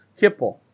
kipple